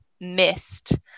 missed